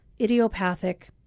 idiopathic